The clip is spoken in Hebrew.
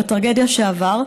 בטרגדיה שעבר,